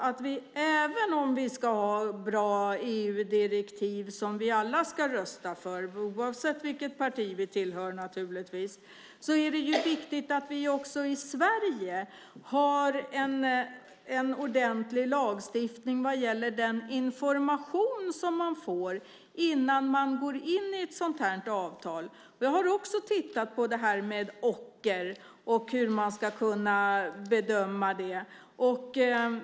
Men även om vi ska ha bra EU-direktiv, som vi alla ska rösta för, oavsett vilket parti vi tillhör, är det viktigt att vi också i Sverige har en ordentlig lagstiftning vad gäller den information som man får innan man ingår ett sådant här avtal. Jag har också tittat på det här med ocker och hur man ska kunna bedöma det.